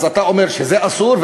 אז אתה אומר שזה אסור,